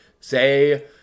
say